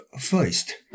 first